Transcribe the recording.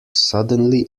suddenly